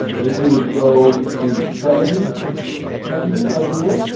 then you would go to the settings menu right here.